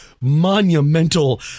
monumental